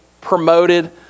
promoted